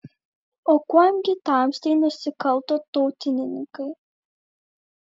o kuom gi tamstai nusikalto tautininkai